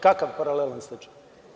Kakav paralelan stečaj?